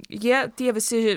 jie tie visi